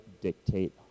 dictate